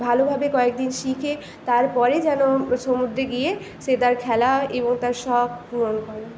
ভালোভাবে কয়েকদিন শিখে তার পরে যেন সমুদ্রে গিয়ে সে তার খেলা এবং তার শখ পূরণ করে